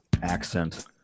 Accent